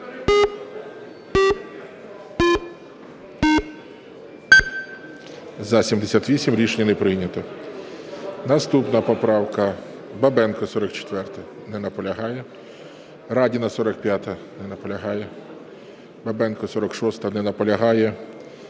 За-78 Рішення не прийнято. Наступна поправка Бабенка 44-а. Не наполягає. Радіна, 45-а. Не наполягає. Бабенко, 46-а. Не наполягає.